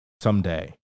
someday